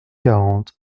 quarante